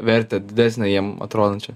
vertę didesnę jiem atrodančią